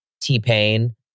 T-Pain